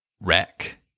Wreck